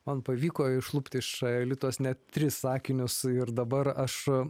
man pavyko išlupti iš aelitos net tris sakinius ir dabar aš